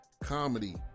Comedy